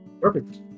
Perfect